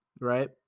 Right